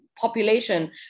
population